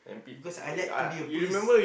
because I like to be a police